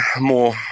more